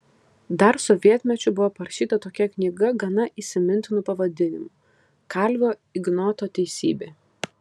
dar sovietmečiu buvo parašyta tokia knyga gana įsimintinu pavadinimu kalvio ignoto teisybė